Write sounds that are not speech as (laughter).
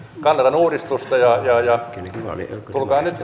kannatan uudistusta ja tulkaa nyt (unintelligible)